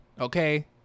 Okay